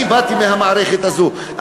אני באתי מהמערכת הזו,